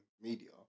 media